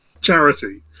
charity